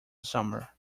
summer